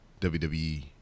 WWE